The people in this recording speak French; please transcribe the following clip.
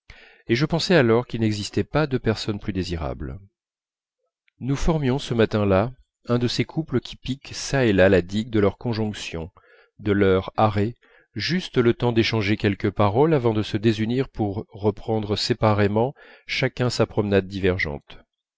et je pensais alors qu'il n'existait pas de personne plus désirable nous formions ce matin-là un de ces couples qui piquent çà et là la digue de leur conjonction de leur arrêt juste le temps d'échanger quelques paroles avant de se désunir pour reprendre séparément chacun sa promenade divergente